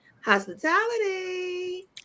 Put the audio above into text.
Hospitality